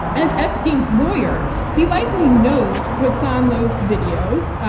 as epstein's lawyer, he likely knows what's on those videos,